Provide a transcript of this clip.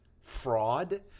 fraud